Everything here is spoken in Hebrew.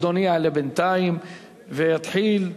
אדוני יעלה בינתיים ויתחיל.